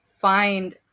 find